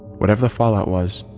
whatever the fallout was,